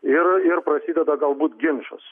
ir ir prasideda galbūt ginčas